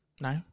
No